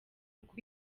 uko